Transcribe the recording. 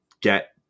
get